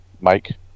Mike